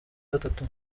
gatatu